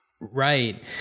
Right